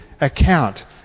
account